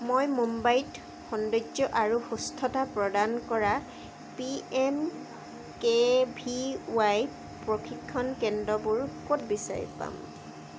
মই মুম্বাইত সৌন্দৰ্য্য আৰু সুস্থতা প্ৰদান কৰা P M K V Y প্ৰশিক্ষণ কেন্দ্ৰবোৰ ক'ত বিচাৰি পাম